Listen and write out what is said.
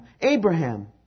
Abraham